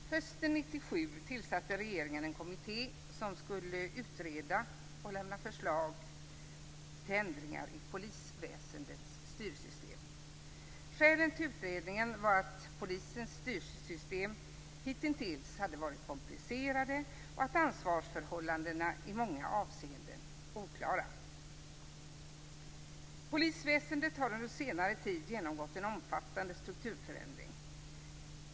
Fru talman! Hösten 1997 tillsatte regeringen en kommitté som skulle utreda och lämna förslag till ändringar i polisväsendets styrsystem. Skälen till utredningen var att polisens styrsystem hitintills hade varit komplicerade och att ansvarsförhållandena i många avseenden var oklara. Polisväsendet har under senare tid genomgått en omfattande strukturförändring.